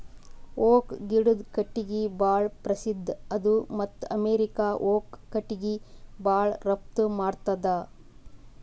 oak ಗಿಡದು ಕಟ್ಟಿಗಿ ಭಾಳ್ ಪ್ರಸಿದ್ಧ ಅದ ಮತ್ತ್ ಅಮೇರಿಕಾ ಓಕ್ ಕಟ್ಟಿಗಿ ಭಾಳ್ ರಫ್ತು ಮಾಡ್ತದ್